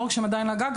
לא רק שהם עדיין על הגג,